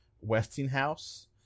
Westinghouse